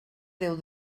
déu